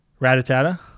Ratatata